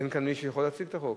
אין כאן מי שיכול להציג את החוק.